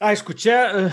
aišku čia